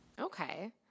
Okay